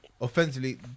offensively